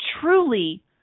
truly